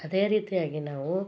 ಅದೇ ರೀತಿಯಾಗಿ ನಾವು